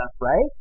right